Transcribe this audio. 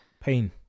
pain